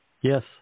yes